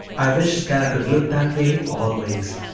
i wish that i could look that way always.